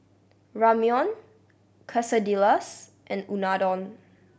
Ramyeon Quesadillas and Unadon